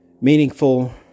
meaningful